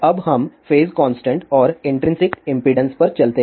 अब हम phase constant और इन्ट्रिंसिक इम्पीडेन्स पर चलते हैं